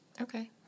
Okay